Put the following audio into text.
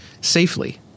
safely